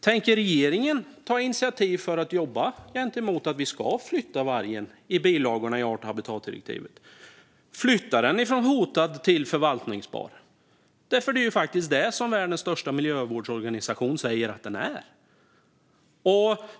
Tänker regeringen ta initiativ och jobba för att vi ska flytta vargen i bilagorna till art och habitatdirektivet från hotad till förvaltningsbar? Det är ju faktiskt det som världens största miljövårdsorganisation säger att den är.